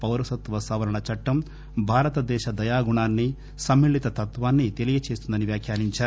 పౌరసత్వ సవరణ చట్టం భారతదేశ దయాగుణాన్ని సమ్మిళిత తత్వాన్ని తెలియజేస్తుందని వ్యాఖ్యానించారు